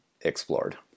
explored